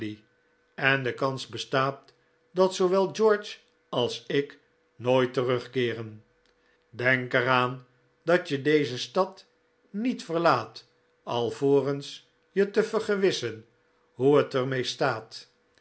en de kans bestaat dat zoowel george als ik nooit terugkeeren denk er aan dat je deze stad niet verlaat alvorens je te vergewissen hoe het er mee staat